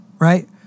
right